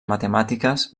matemàtiques